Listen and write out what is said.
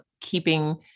keeping